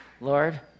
Lord